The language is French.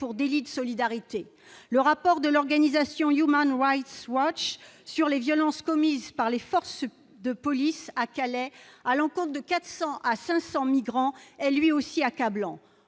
pour délit de solidarité, le rapport de l'organisation Human Wright Swatch sur les violences commises par les forces de police à Calais à l'encontre de 400 à 500 migrants est lui aussi accablant